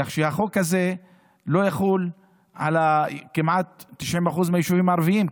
כך שהחוק הזה לא יחול על כמעט 90% מהיישובים הערביים.